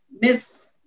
miss